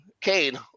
Kane